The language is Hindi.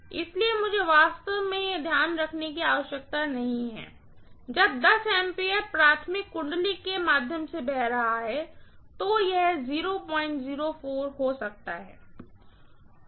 इसलिए मुझे वास्तव में यह ध्यान में रखने की आवश्यकता नहीं है जब 10 A प्राइमरी घुमाव के माध्यम से बह रहा है तो यह 004 हो सकता है